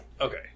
Okay